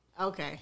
Okay